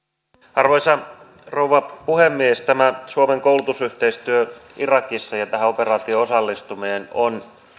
arvoisa rouva puhemies tämä suomen koulutusyhteistyö irakissa ja tähän operaatioon osallistuminen on